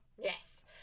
Yes